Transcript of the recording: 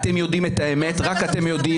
אתם יודעים את האמת ורק אתם יודעים.